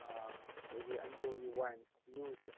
ꯑꯩꯈꯣꯏꯒꯤ ꯑꯟꯗ꯭ꯔꯣꯒꯤ ꯋꯥꯏꯟ ꯌꯨꯁꯦ